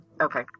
Okay